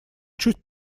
чуть